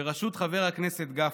בראשות חבר הכנסת גפני,